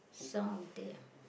some of them